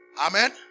Amen